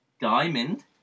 Diamond